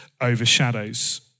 overshadows